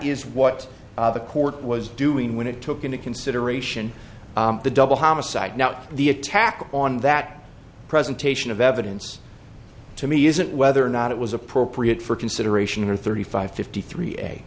is what the court was doing when it took into consideration the double homicide now the attack on that presentation of evidence to me isn't whether or not it was appropriate for consideration or thirty five fifty three a